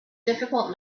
difficult